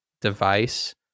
device